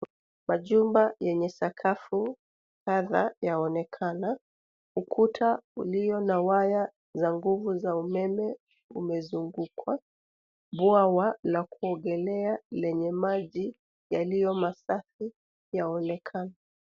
Majumba yenye sakafu kadhaa yaonekana. Ukuta ulio na waya za nguvu za umeme umezungukwa. Bwawa la kuogelea lenye maji, yaliyo masafi yaonekana.